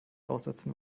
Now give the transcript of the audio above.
aussetzen